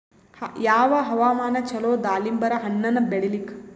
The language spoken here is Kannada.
ಯಾವ ಹವಾಮಾನ ಚಲೋ ದಾಲಿಂಬರ ಹಣ್ಣನ್ನ ಬೆಳಿಲಿಕ?